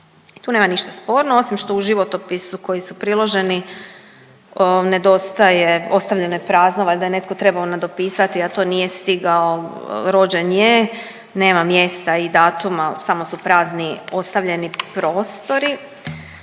Tu nema ništa sporno osim što u životopisu koji su priloženi nedostaje, ostavljeno je prazno, valjda je netko trebao nadopisati a to nije stigao, rođen je, nema mjesta i datuma, samo su prazni ostavljeni prostori